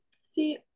See